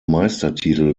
meistertitel